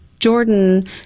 Jordan